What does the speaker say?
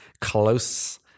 close